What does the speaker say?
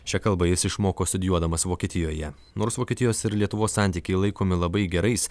šią kalbą jis išmoko studijuodamas vokietijoje nors vokietijos ir lietuvos santykiai laikomi labai gerais